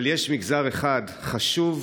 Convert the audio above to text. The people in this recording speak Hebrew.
אבל יש מגזר אחד חשוב,